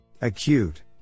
Acute